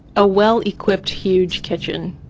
a well-equipped, huge kitchen.